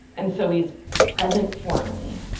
and so he is present for me.